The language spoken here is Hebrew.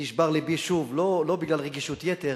נשבר לבי שוב, לא בגלל רגישות יתר,